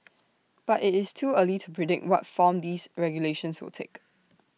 but IT is too early to predict what form these regulations will take